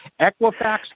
Equifax